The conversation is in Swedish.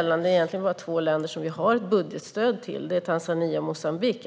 är egentligen bara två länder som vi ger budgetstöd till, Tanzania och Moçambique.